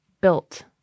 built